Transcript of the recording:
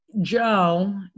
Joe